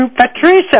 Patricia